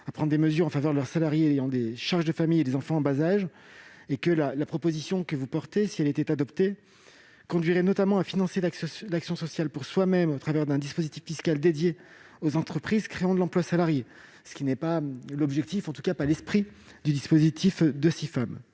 à prendre des mesures en faveur de leurs salariés ayant des charges de famille et des enfants en bas âge. Or la proposition que vous portez, si elle était adoptée, conduirait notamment à financer l'action sociale pour soi-même au travers d'un dispositif fiscal dédié aux entreprises créant de l'emploi salarié, ce qui n'est pas l'objectif, ou en tout cas pas l'esprit du dispositif du Cifam.